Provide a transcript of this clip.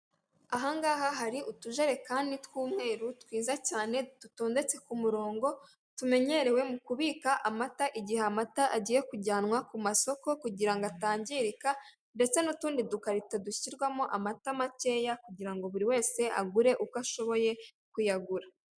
Ahangaha hari utujerekani tw'umweru twiza cyane dutondetse ku murongo tumenyerewe mu kubika amata igihe amata agiye kujyanwa ku masoko, kugira ngo atangirika ndetse n'utundi dukarito dushyirwamo amata makeya, kugira ngo buri wese agure uko ashoboye kuyagura.